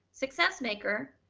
successmaker,